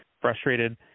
frustrated